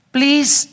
Please